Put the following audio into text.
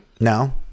No